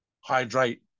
hydrate